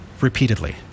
Repeatedly